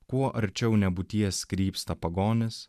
kuo arčiau nebūties krypsta pagonis